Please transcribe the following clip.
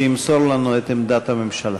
שימסור לנו את עמדת הממשלה.